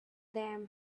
them